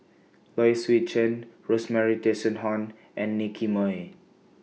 Low Swee Chen Rosemary and Nicky Moey